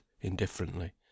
indifferently